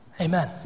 Amen